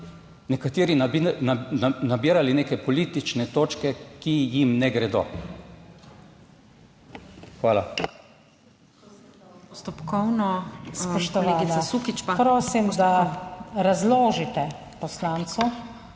nekateri nabirali neke politične točke, ki jim ne gredo. Hvala.